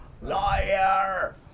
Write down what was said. Liar